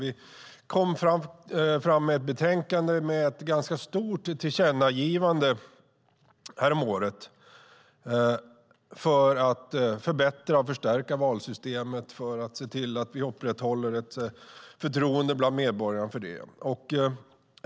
Vi kom fram med ett betänkande med ett ganska stort tillkännagivande häromåret för att förbättra och förstärka valsystemet och se till att vi upprätthåller ett förtroende bland medborgarna för det.